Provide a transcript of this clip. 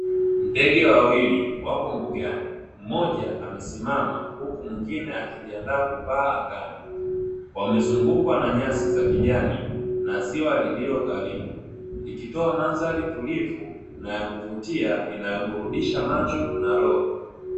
Ndege wawili wapo mbugani, mmoja amesimama huku mwingine akijiandaa kupaa angani, wamezungukwa na nyasi za kijani na ziwa lililo karibu, likitoa mandhari tulivu na yakuvutia inayoburudisha macho na roho.